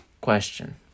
question